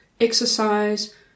exercise